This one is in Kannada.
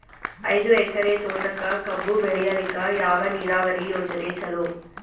ಐದು ಎಕರೆ ತೋಟಕ ಕಬ್ಬು ಬೆಳೆಯಲಿಕ ಯಾವ ನೀರಾವರಿ ಯೋಜನೆ ಚಲೋ?